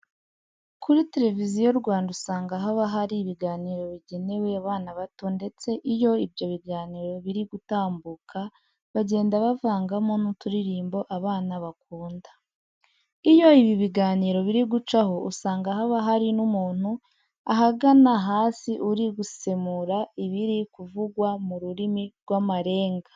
Kuri Televiziyo Rwanda usanga haba hari ibiganiro bigenewe abana bato ndetse iyo ibyo biganiro biri gutambuka bagenda bavangamo n'uturirimbo abana bakunda. Iyo ibi biganiro biri gucaho usanga haba hari n'umuntu ahagana hasi uri gusemura ibiri kuvugwa mu rurimi rw'amarenga.